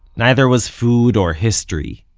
neither was food, or history.